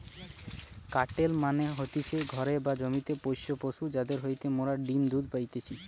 কাটেল মানে হতিছে ঘরে বা জমিতে পোষ্য পশু যাদির হইতে মোরা ডিম্ দুধ পাইতেছি